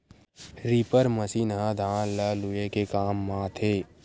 reaper machine ह धान ल लूए के काम आथे